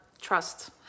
Trust